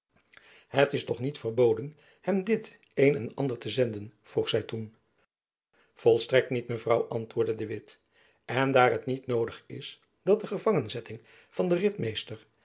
het is toch niet verboden hem dit een en ander te zenden vroeg zy toen volstrekt niet mevrouw antwoordde de witt en daar het niet noodig is dat de gevangenzetting van den ritmeester